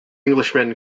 englishman